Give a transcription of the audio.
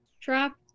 Trap